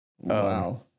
wow